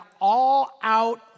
all-out